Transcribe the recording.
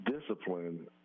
Discipline